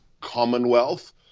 commonwealth